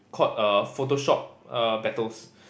called err photoshop err battles